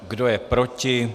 Kdo je proti?